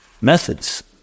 methods